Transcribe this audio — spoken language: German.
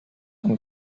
und